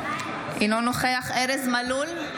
אינו נוכח ארז מלול,